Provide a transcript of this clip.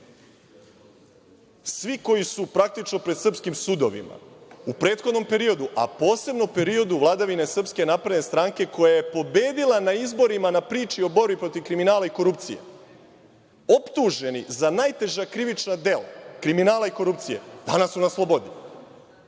koji su praktično pred srpskim sudovima u prethodnom periodu, a posebno u periodu vladavine SNS, koja je pobedila na izborima na priči o borbi protiv kriminala i korupcije, optuženi za najteža krivična dela kriminala i korupcije danas su na slobodi.